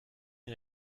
une